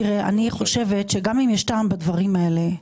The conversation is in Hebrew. אני חושבת שגם אם יש טעם בדברים האלה,